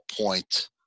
point